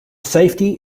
safety